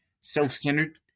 self-centered